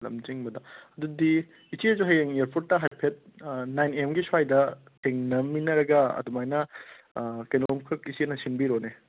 ꯂꯝꯖꯤꯡꯕꯗ ꯑꯗꯨꯗꯤ ꯏꯆꯦꯁꯨ ꯍꯌꯦꯡ ꯏꯌꯥꯔꯄꯣꯔꯠꯇ ꯍꯥꯏꯐꯦꯠ ꯅꯥꯏꯟ ꯑꯦ ꯑꯦꯝꯒꯤ ꯁ꯭ꯋꯥꯏꯗ ꯊꯦꯡꯅꯃꯤꯟꯅꯔꯒ ꯑꯗꯨꯃꯥꯏꯅ ꯀꯩꯅꯣꯝꯈꯛ ꯏꯆꯦꯅ ꯁꯤꯟꯕꯤꯔꯣꯅꯦ